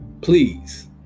Please